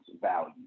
value